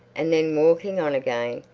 and then walking on again,